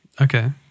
Okay